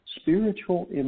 spiritual